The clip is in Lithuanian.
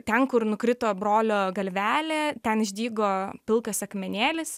ten kur nukrito brolio galvelė ten išdygo pilkas akmenėlis